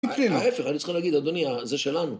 ההפך, אני צריכה להגיד, אדוני, זה שלנו.